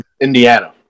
Indiana